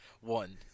one